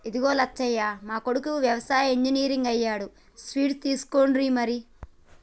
ఇదిగో లచ్చయ్య మా కొడుకు యవసాయ ఇంజనీర్ అయ్యాడు స్వీట్స్ తీసుకోర్రి మీరు